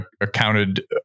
accounted